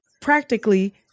practically